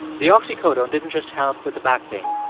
the oxycodone didn't just help with the back pain.